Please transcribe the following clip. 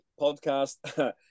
podcast